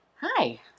hi